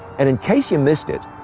and in case you missed it,